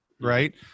right